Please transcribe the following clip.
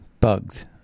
bugs